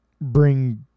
bring